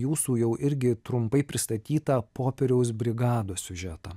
jūsų jau irgi trumpai pristatytą popieriaus brigados siužetą